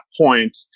point